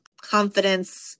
confidence